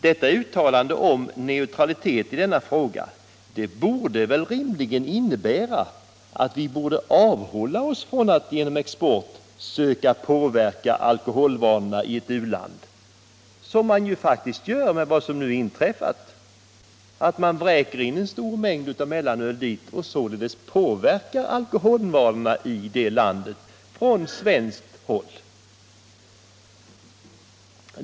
Detta uttalande om neutralitet i denna fråga borde innebära att vi skall avhålla oss från att genom export söka påverka alkoholvanorna i ett u-land. Men det är faktiskt vad man nu gör — man vräker in en stor mängd mellanöl över landet och påverkar på det sättet från svenskt håll alkoholvanorna i det landet.